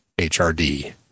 HRD